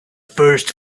first